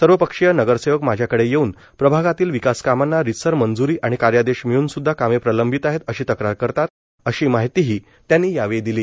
सर्वपक्षीय नगरसेवक माझ्याकडे येऊन प्रभागातील विकासकामांना रीतसर मंजुरी आणि कार्यादेश मिळून सुद्धा कामे प्रलंबित आहे अशी तक्रार करतात अशी माहितीही त्यांनी यावेळी दिली